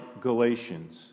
Galatians